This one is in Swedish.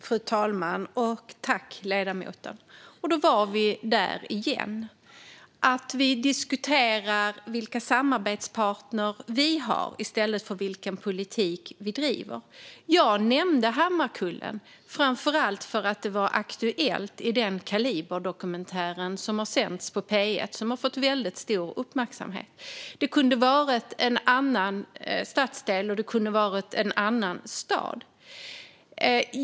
Fru talman! Då var vi där igen: Vi diskuterar vilka samarbetspartner vi har i stället för vilken politik vi driver. Jag nämnde Hammarkullen framför allt för att det var aktuellt i den dokumentär som har sänts i Kaliber i P1 och fått väldigt stor uppmärksamhet. Det kunde ha handlat om en annan stadsdel och en annan stad.